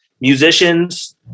musicians